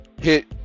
hit